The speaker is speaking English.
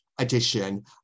edition